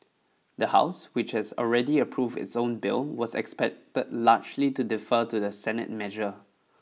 the house which has already approved its own bill was expected largely to defer to the Senate measure